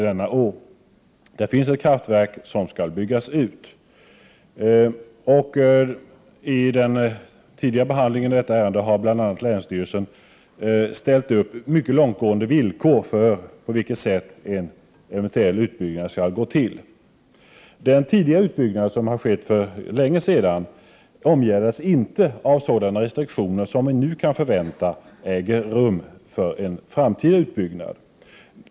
Det finns ett kraftverk där, som skall byggas ut. Vid den tidigare behandlingen av detta ärende har bl.a. länsstyrelsens styrelse uppställt mycket långtgående villkor för på vilket sätt en eventuell utbyggnad skall gå till. Den utbyggnad som skedde för länge sedan 37 Prot. 1988/89:117 omgärdades inte av sådana restriktioner som vi nu kan förvänta oss inför en framtida utbyggnad.